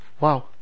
Wow